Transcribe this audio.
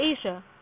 Asia